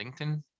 LinkedIn